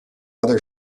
other